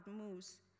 moves